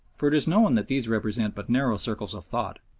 for it is known that these represent but narrow circles of thought,